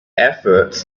efforts